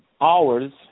hours